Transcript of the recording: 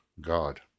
God